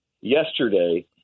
yesterday